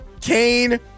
Kane